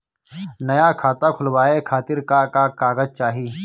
नया खाता खुलवाए खातिर का का कागज चाहीं?